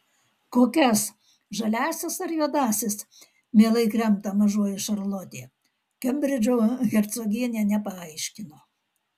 kokias žaliąsias ar juodąsias mielai kremta mažoji šarlotė kembridžo hercogienė nepaaiškino